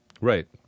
Right